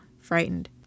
frightened